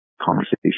conversation